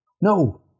No